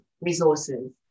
resources